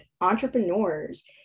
entrepreneurs